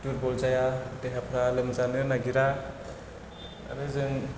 दुरबल जाया देहाफ्रा लोमजानो नागिरा आरो जों